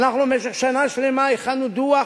ואנחנו במשך שנה שלמה הכנו דוח